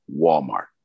Walmart